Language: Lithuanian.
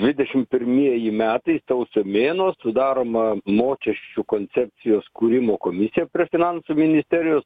dvidešim pirmieji metai sausio mėnuo sudaroma mokesčių koncepcijos kūrimo komisija prie finansų ministerijos